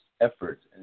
efforts